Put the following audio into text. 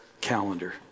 calendar